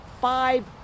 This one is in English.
five